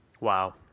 Wow